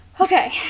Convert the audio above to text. Okay